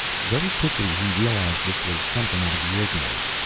very quickly he realized this was something out of the ordinary.